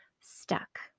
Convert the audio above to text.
stuck